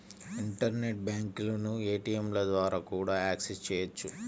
internet బ్యాంకులను ఏటీయంల ద్వారా కూడా యాక్సెస్ చెయ్యొచ్చు